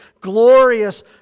glorious